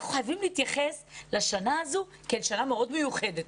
אנחנו חייבים להתייחס לשנה הזו כאל שנה מאוד מיוחדת.